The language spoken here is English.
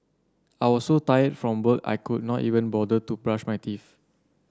I was so tired from work I could not even bother to brush my teeth